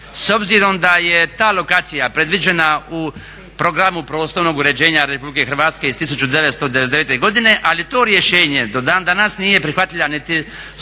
S obzirom da je ta lokacija predviđena u programu prostornog uređenja Republike Hrvatske iz 1999. godine, ali to rješenje do dan danas nije prihvatila niti skupština